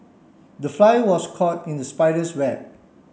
the fly was caught in the spider's web